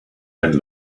and